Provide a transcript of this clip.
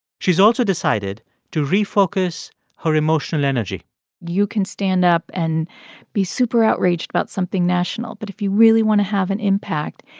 she's also decided to refocus her emotional energy you can stand up and be super outraged about something national, but if you really want to have an impact,